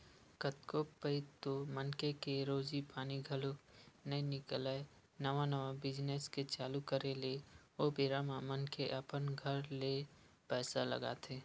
कतको पइत तो मनखे के रोजी पानी घलो नइ निकलय नवा नवा बिजनेस के चालू करे ले ओ बेरा म मनखे अपन घर ले पइसा लगाथे